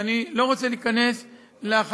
שאני לא רוצה להיכנס לחשדות